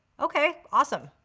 okay, awesome.